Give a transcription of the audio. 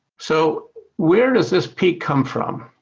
so where does this peak come from?